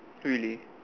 really